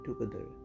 together